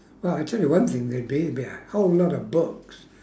well I tell you one thing there'd be there'd be a whole lot of books